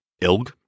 Ilg